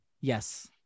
Yes